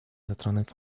затронуть